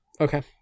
Okay